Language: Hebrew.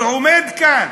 ועומד כאן